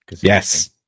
yes